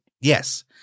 Yes